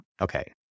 Okay